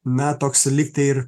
na toks lygtai ir